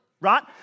right